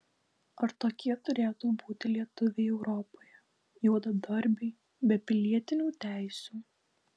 ar tokie turėtų būti lietuviai europoje juodadarbiai be pilietinių teisių